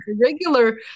regular